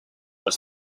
was